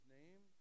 name